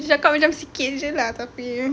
dia cakap macam sikit jer lah tapi